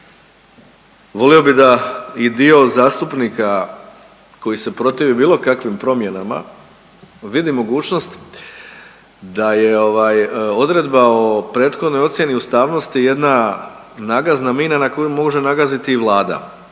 volio bih da i dio zastupnika koji se protivi bilo kakvim promjenama vidi mogućnost da je odredba o prethodnoj ocjeni ustavnosti jedna nagazna mina na koju može nagaziti i Vlada,